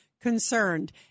concerned